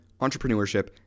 entrepreneurship